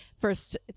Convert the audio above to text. First